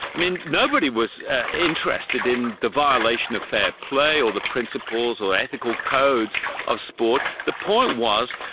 i mean nobody was interested in the violation of fair play or the principles or ethical codes of sport. the point was,